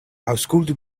aŭskultu